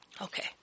Okay